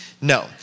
No